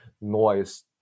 noise